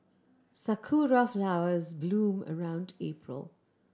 sakura flowers bloom around April